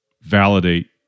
validate